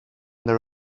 their